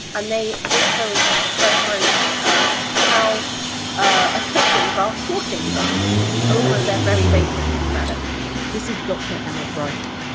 and they also preference um how officials are sorting them over their very basic humanity this is dr emma briant,